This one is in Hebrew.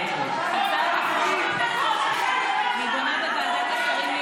מי שיש לו דם על הידיים ומי